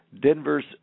Denver's